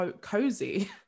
cozy